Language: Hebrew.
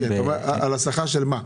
על השכר של מה?